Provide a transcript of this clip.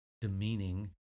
demeaning